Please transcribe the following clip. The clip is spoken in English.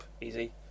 easy